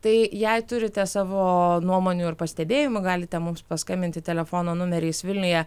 tai jei turite savo nuomonių ir pastebėjimų galite mums paskambinti telefono numeriais vilniuje